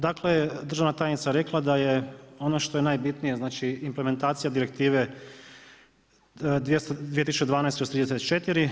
Dakle državna tajnica je rekla da je ono što je najbitnije, znači implementacija Direktive 2012/34.